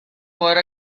for